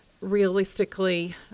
realistically